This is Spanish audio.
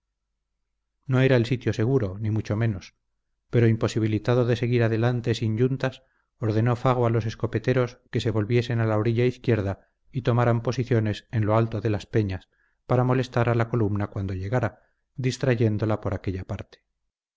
no era el sitio seguro ni mucho menos pero imposibilitado de seguir adelante sin yuntas ordenó fago a los escopeteros que se volviesen a la orilla izquierda y tomaran posiciones en lo alto de las peñas para molestar a la columna cuando llegara distrayéndola por aquella parte